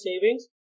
savings